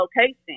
location